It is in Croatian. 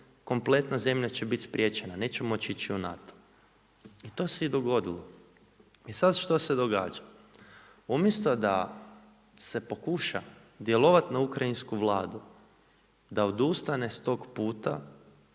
kompletna zemlja će biti spriječena, neće moći ići u NATO. I to se i dogodilo. I sad što se događa? Umjesto da se pokuša djelovat na ukrajinsku vladu da odustane tog puta,